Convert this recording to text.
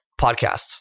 Podcast